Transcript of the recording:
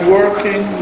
working